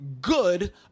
good